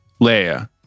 Leia